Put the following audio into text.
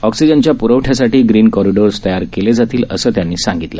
ऑक्सीजनच्या प्रवठ्यासाठी green corridors तयार केल्या जातील असं त्यांनी सांगितलं